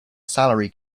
salary